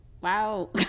wow